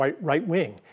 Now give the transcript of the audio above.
right-wing